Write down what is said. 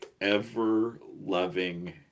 ever-loving